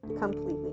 completely